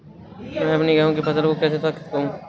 मैं अपनी गेहूँ की फसल को कैसे सुरक्षित करूँ?